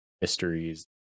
mysteries